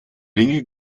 ringe